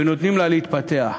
ונותנים לה להתפתח.